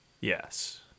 yes